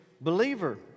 believer